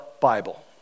Bible